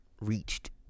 reached